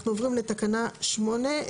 אנחנו עוברים לתקנה 8,